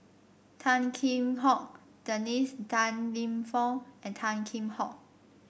Tan Kheam Hock Dennis Tan Lip Fong and Tan Kheam Hock